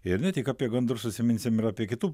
ir ne tik apie gandrus užsiminsim ir apie kitų